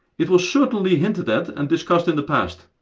it was certainly hinted at and discussed in the past.